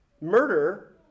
murder